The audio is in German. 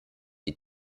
die